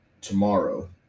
tomorrow